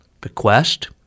bequest